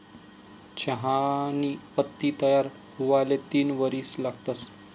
चहानी पत्ती तयार हुवाले तीन वरीस लागतंस